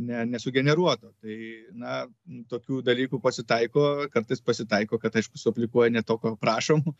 ne ne sugeneruoto tai na tokių dalykų pasitaiko kartais pasitaiko kad aišku suaplikuoja ne to ko prašom